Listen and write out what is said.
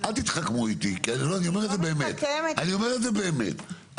אל תתחכמו איתי, אני אומר את זה באמת.